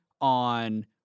on